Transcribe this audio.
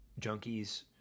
junkies